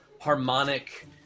harmonic